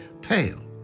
Pale